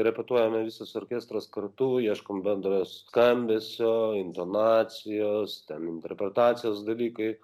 repetuojame visas orkestras kartu ieškom bendro skambesio intonacijos ten interpretacijos dalykai